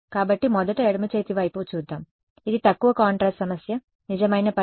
కాబట్టి మొదట ఎడమ చేతి వైపు చూద్దాం ఇది తక్కువ కాంట్రాస్ట్ సమస్య నిజమైన పరిష్కారం x1 x2 0